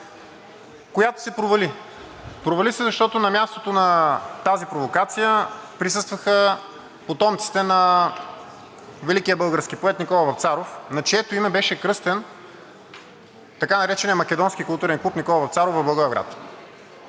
която се провали. Провали се, защото на мястото на тази провокация присъстваха потомците на великия български поет Никола Вапцаров, на чието име беше кръстен така нареченият Македонски културен клуб „Никола Вапцаров“ в Благоевград.